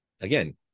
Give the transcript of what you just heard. again